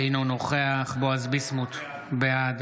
אינו נוכח בועז ביסמוט, בעד